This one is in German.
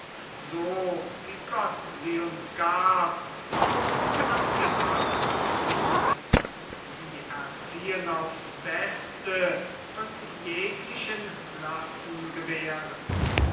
so wie gott sie uns gab so muß man sie haben und lieben sie erziehen aufs beste und jeglichen lassen gewähren